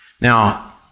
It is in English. Now